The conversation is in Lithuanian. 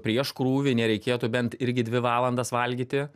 prieš krūvį nereikėtų bent irgi dvi valandas valgyti